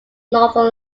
northern